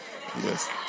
Yes